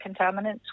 contaminants